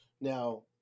Now